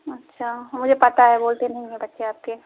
अच्छा मुझे पता है बोलते नहीं है बच्चे आपके